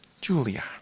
Julia